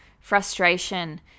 frustration